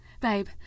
babe